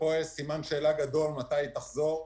פה יש סימן שאלה גדול מתי התיירות הזאת תחזור.